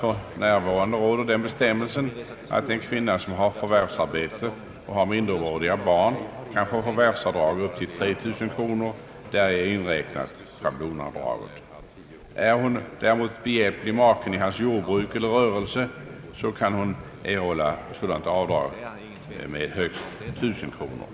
För närvarande gäller den bestämmelsen att en kvinna som har förvärvsarbete och har minderåriga barn kan få förvärvsavdrag med upp till 3 000 kronor, däri inräknat schablonavdraget. är hon däremot maken behjälplig i hans jordbruk eller rörelse kan hon erhålla sådant avdrag med högst 1 000 kronor.